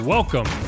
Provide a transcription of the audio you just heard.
Welcome